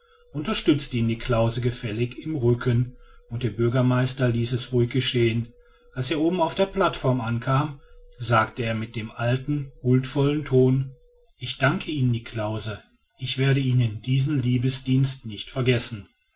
unterstützte ihn niklausse gefällig im rücken und der bürgermeister ließ es ruhig geschehen als er oben auf der plattform ankam sagte er mit dem alten huldvollen ton ich danke ihnen niklausse ich werde ihnen diesen liebesdienst nicht vergessen